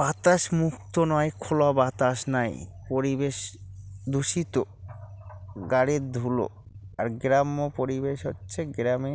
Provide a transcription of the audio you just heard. বাতাস মুক্ত নয় খোলা বাতাস নাই পরিবেশ দূষিত গাড়ির ধুলো আর গ্রাম্য পরিবেশ হচ্ছে গ্রামে